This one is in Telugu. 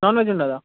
నాన్ వెజ్ ఉండదా